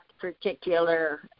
particular